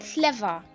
Clever